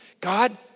God